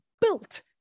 built